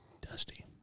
Dusty